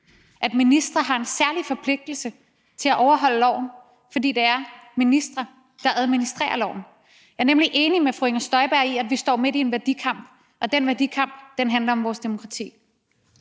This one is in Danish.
at ministre har en særlig forpligtelse til at overholde loven, fordi det er ministre, der administrerer loven. Jeg er nemlig enig med fru Inger Støjberg i, at vi står midt i en værdikamp, og den værdikamp handler om vores demokrati.